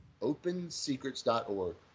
OpenSecrets.org